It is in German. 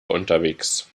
unterwegs